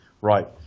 right